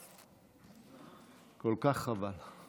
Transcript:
כל כך חבל.